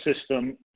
system